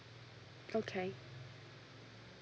okay